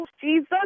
Jesus